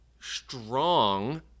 strong